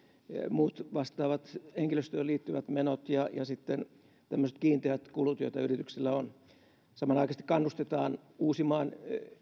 muut vastaavat henkilöstöön liittyvät menot ja sitten tämmöiset kiinteät kulut joita yrityksillä on samanaikaisesti kannustetaan uusimaan